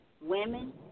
women